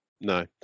No